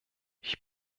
ich